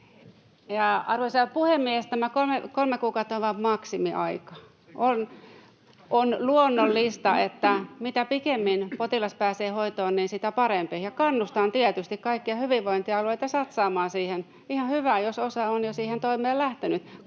Arvoisa puhemies, tämä kolme kuukautta on vain maksimiaika. [Antti Lindtmanin välihuuto] On luonnollista, että mitä pikemmin potilas pääsee hoitoon, niin sitä parempi. Kannustan tietysti kaikkia hyvinvointialueita satsaamaan siihen. Ihan hyvä, jos osa on jo siihen toimeen lähtenyt.